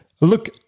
Look